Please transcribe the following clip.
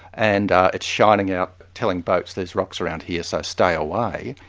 and it's shining out, telling boats there's rocks around here so stay away,